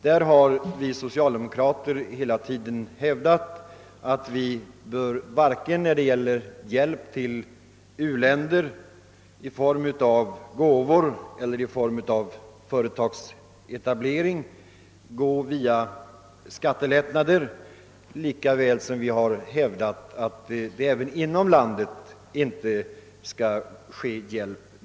Därvidlag har vi socialdemokrater hela tiden hävdat att hjälp till u-länderna i form av gåvor eller i form av företagsetableringar inte bör gå via skattelättnader. Samma princip har vi för övrigt hävdat när det gäller hjälp som ges inom vårt eget land.